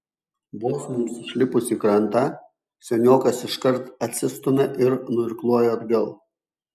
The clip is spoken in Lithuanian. vos mums išlipus į krantą seniokas iškart atsistumia ir nuirkluoja atgal